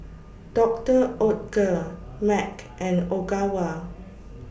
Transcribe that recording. Doctor Oetker Mac and Ogawa